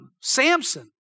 Samson